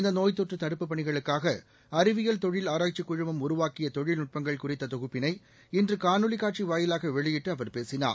இந்த நோய்த் தொற்று தடுப்புப் பணிகளுக்காக அறிவியல் தொழில் ஆராய்ச்சிக் குழுமம் உருவாக்கிய தொழில்நுட்பங்கள் குறித்த தொகுப்பினை இன்று காணொலி காட்சி வாயிலாக வெளியிட்டு அவர் பேசினார்